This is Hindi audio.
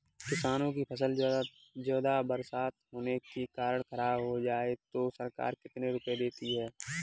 किसानों की फसल ज्यादा बरसात होने के कारण खराब हो जाए तो सरकार कितने रुपये देती है?